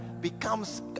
becomes